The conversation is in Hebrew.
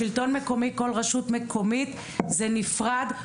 בשלטון המקומי כל רשות מקומית עובדת בנפרד.